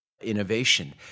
innovation